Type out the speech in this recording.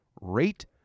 rate